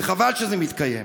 וחבל שזה מתקיים.